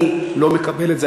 אני לא מקבל את זה.